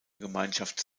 gemeinschaft